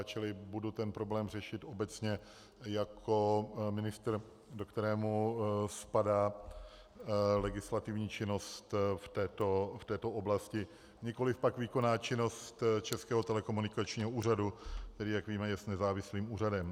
Čili budu ten problém řešit obecně jako ministr, kterému spadá legislativní činnost v této oblasti, nikoliv pak výkonná činnost Českého telekomunikačního úřadu, který, jak víme, jest nezávislým úřadem.